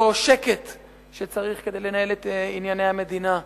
שקט שצריך כדי לנהל את ענייני המדינה.